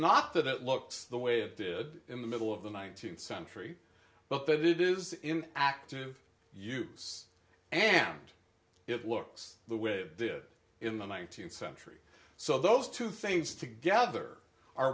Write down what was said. not that it looks the way it did in the middle of the nineteenth century but that it is in active use and it looks the way it did in the nineteenth century so those two things together are